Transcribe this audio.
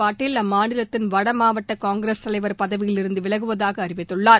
பாட்டீல் அம்மாநிலத்தின் வடமாவட்ட காங்கிரஸ் தலைவர் பதவியில் இருந்து விலகுவதாக அறிவித்துள்ளார்